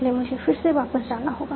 इसलिए मुझे फिर से वापस जाना होगा